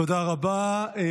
תודה רבה.